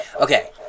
Okay